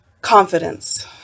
Confidence